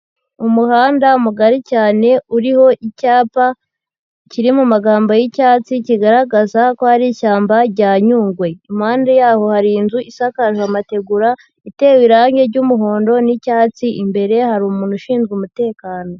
Umuhanda mugari cyane uriho icyapa kiri mu magambo y'icyatsi, kigaragaza ko ari ishyamba rya Nyungwe, impande yaho hari inzu isakaje amategura, itewe irangi ry'umuhondo n'icyatsi, imbere hari umuntu ushinzwe umutekano.